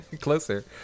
Closer